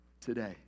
today